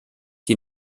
die